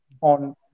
on